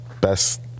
best